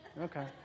Okay